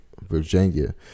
virginia